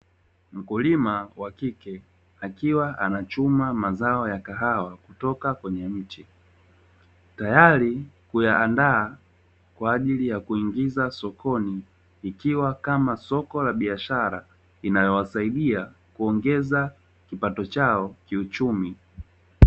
Mkulima wa kike akiwa anachuma mazao ya kahawa kutoka kwenye mche, tayari kuyaandaa kwa ajili ya kuingiza sokoni, ikiwa kama soko la biashara inayowasaidia kuongeza kipato chao kiuchumi.